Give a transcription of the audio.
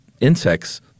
insects